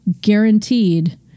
guaranteed